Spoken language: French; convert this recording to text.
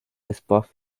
espoir